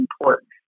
important